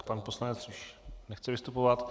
Pan poslanec už nechce vystupovat.